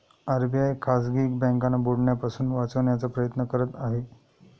RBI खाजगी बँकांना बुडण्यापासून वाचवण्याचा प्रयत्न करत आहे